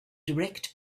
direct